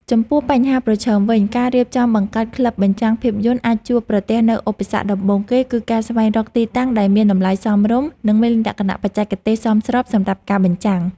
ចំពោះបញ្ហាប្រឈមវិញ ការរៀបចំបង្កើតក្លឹបបញ្ចាំងភាពយន្តអាចជួបប្រទះនូវឧបសគ្គដំបូងគេ គឺការស្វែងរកទីតាំងដែលមានតម្លៃសមរម្យ និងមានលក្ខណៈបច្ចេកទេសសមស្របសម្រាប់ការបញ្ចាំង។